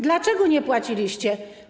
Dlaczego nie płaciliście?